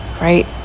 right